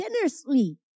generously